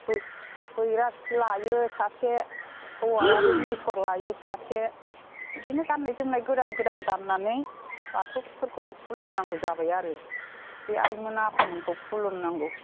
बैराथि लायो सासे हौवायाबो मेथर लायो सासे बिदिनो गाननाय जोमनाय गोदान गोदान गाननानै बाथौफोरखौ खुलुमनांगौ जाबाय आरो बे आइमोन आफामोनखौ खुलुम नांगौ